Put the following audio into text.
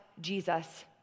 Jesus